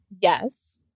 Yes